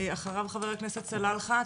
מיד אחריה חבר הכנסת סלאלחה,